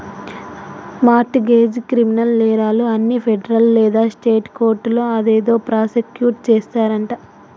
mart గెజ్, criminal నేరాలు అన్ని federal లేదా స్టేట్ కోర్టులో అదేదో ప్రాసుకుట్ చేస్తారంటి